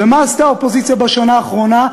ומה עשתה האופוזיציה בשנה האחרונה?